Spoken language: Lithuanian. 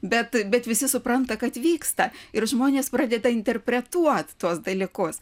bet bet visi supranta kad vyksta ir žmonės pradeda interpretuot tuos dalykus